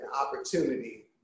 opportunity